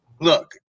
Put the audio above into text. Look